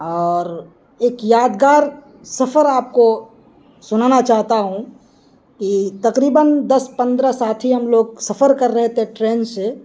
اور ایک یادگار سفر آپ کو سنانا چاہتا ہوں کہ تقریباً دس پندرہ ساتھی ہم لوگ سفر کر رہے تھے ٹرین سے